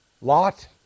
Lot